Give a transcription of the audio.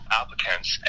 applicants